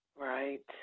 Right